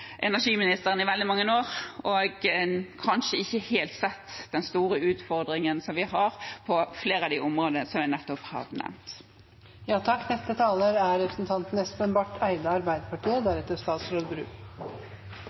energiministeren i veldig mange år og kanskje ikke helt sett den store utfordringen som vi har på flere av de områdene som jeg nettopp har nevnt. Dette er viktige spørsmål som det er